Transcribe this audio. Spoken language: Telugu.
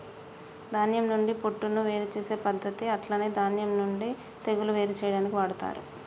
ధాన్యం నుండి పొట్టును వేరు చేసే పద్దతి అట్లనే ధాన్యం నుండి తెగులును వేరు చేయాడానికి వాడతరు